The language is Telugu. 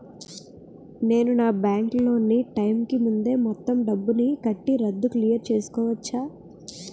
నేను నా బ్యాంక్ లోన్ నీ టైం కీ ముందే మొత్తం డబ్బుని కట్టి రద్దు క్లియర్ చేసుకోవచ్చా?